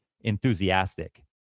enthusiastic